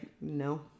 no